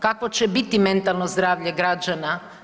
Kakvo će biti mentalno zdravlje građana?